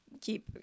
keep